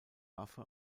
waffe